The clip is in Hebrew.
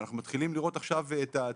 אנחנו מתחילים לראות את התהליך,